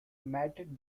matt